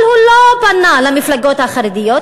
אבל הוא לא היה פונה למפלגות החרדיות,